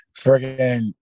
friggin